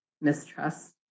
mistrust